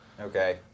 Okay